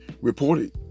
reported